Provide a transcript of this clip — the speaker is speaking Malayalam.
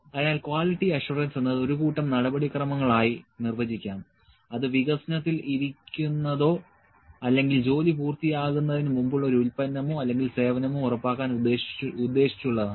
അതിനാൽ ക്വാളിറ്റി അഷ്വറൻസ് എന്നത് ഒരു കൂട്ടം നടപടിക്രമങ്ങളായി നിർവചിക്കാം അത് വികസനത്തിൽ ഇരിക്കുന്നതോ അല്ലെങ്കിൽ ജോലി പൂർത്തിയാകുന്നതിന് മുമ്പുള്ള ഒരു ഉൽപ്പന്നമോ അല്ലെങ്കിൽ സേവനമോ ഉറപ്പാക്കാൻ ഉദ്ദേശിച്ചുള്ളതാണ്